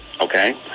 okay